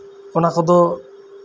ᱚᱱᱟ ᱠᱚᱫᱚ